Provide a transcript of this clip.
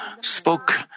spoke